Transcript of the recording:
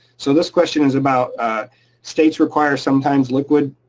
so this question is about states require sometimes liquid,